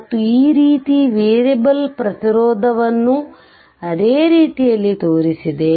ಮತ್ತು ಈ ರೀತಿ ವೇರಿಯಬಲ್ ಪ್ರತಿರೋಧವನ್ನು ಅದೇ ರೀತಿಯಲ್ಲಿ ತೋರಿಸಿದೆ